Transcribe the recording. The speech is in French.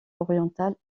orientale